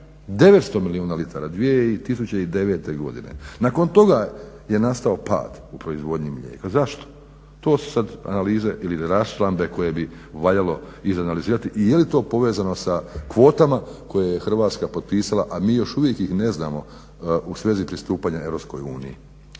900 milijuna litara 2009. godine. Nakon toga je nastao pad u proizvodnji mlijeka. Zašto, to su sad analize ili raščlambe koje bi valjalo izanalizirati i je li to povezano sa kvotama koje je Hrvatska potpisala, a mi još uvijek ih ne znamo u svezi pristupanja Europskoj uniji.